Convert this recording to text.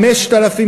5,000,